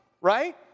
right